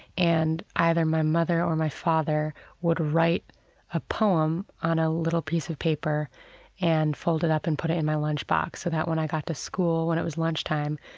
and either my mother or my father would write a poem on ah a piece of paper and fold it up and put it in my lunchbox so that when i got to school, when it was lunchtime,